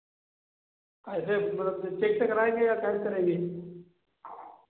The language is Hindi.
ऐसे मतलब जब चेक से कराएंगे या कैश करेंगे